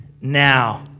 now